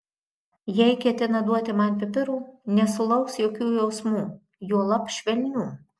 jei ketina duoti man pipirų nesulauks jokių jausmų juolab švelnių